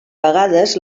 vegades